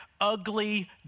ugly